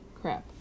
crap